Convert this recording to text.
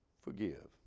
forgive